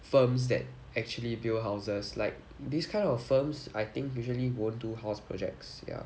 firms that actually build houses like these kind of firms I think usually won't do house projects ya